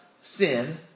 sin